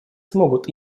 смогут